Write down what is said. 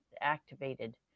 activated